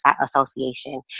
Association